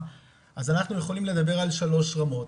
אז אנחנו יכולים לדבר על שלוש רמות.